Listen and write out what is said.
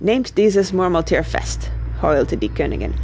nehmt dieses murmelthier fest heulte die königin